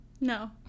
No